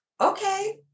okay